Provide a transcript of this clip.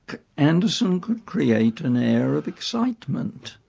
anderson could create an air of excitement.